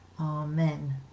Amen